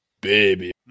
baby